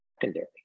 secondary